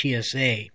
TSA